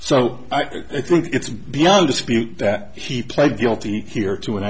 so i think it's beyond dispute that he pled guilty here to and